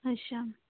ਅੱਛਾ